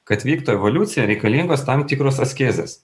kad vyktų evoliucija reikalingos tam tikros askezės